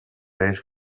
age